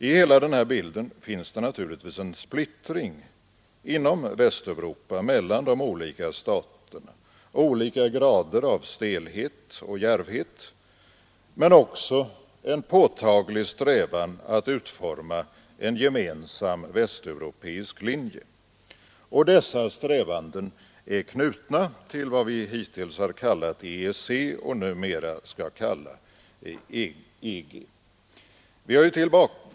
I hela denna bild finns det naturligtvis en splittring inom Västeuropa mellan de olika staterna, olika grader av stelhet och djärvhet, men också en påtaglig strävan att utforma en gemensam västeuropeisk linje. Dessa strävanden är knutna till vad vi hittills har kallat EEC och numera skall kalla EG.